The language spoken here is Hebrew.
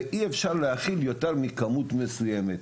ואי אפשר להכיל יותר מכמות מסוימת.